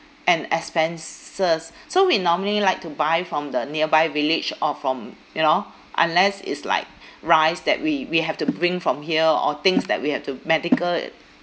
and expenses so we normally like to buy from the nearby village or from you know unless is like rice that we we have to bring from here or things that we have to medical